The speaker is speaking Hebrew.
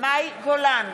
מאי גולן,